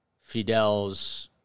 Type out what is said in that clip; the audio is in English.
Fidel's